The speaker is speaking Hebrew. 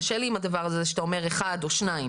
קשה לי עם הדבר הזה שאתה אומר אחד או שניים